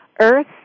Earth